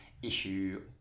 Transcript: issue